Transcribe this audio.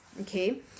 Okay